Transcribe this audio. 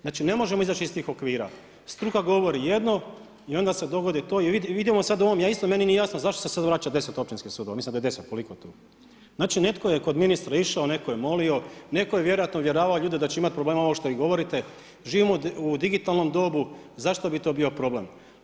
Znači ne možemo izaći iz tih okvira, struka govori jedno i onda se dogodi to i vidimo sad u ovome, ni meni nije jasno zašto se sad vraća 10 općinskih sudova, mislim da je 10. znači netko je kod ministra išao, netko je molio, netko je vjerojatno uvjeravao ljude da će imati problema ovo što vi govorite, živimo u digitalnom dobu, zašto bi to bio problem.